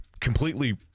completely